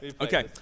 okay